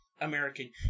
American